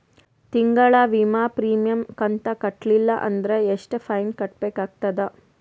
ತಿಂಗಳ ವಿಮಾ ಪ್ರೀಮಿಯಂ ಕಂತ ಕಟ್ಟಲಿಲ್ಲ ಅಂದ್ರ ಎಷ್ಟ ಫೈನ ಕಟ್ಟಬೇಕಾಗತದ?